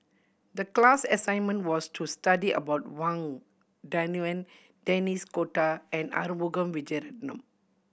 the class assignment was to study about Wang Dayuan Denis D'Cotta and Arumugam Vijiaratnam